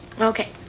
Okay